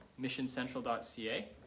missioncentral.ca